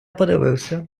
подивився